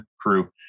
crew